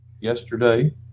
yesterday